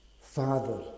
Father